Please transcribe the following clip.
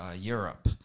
Europe